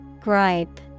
Gripe